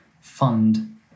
fund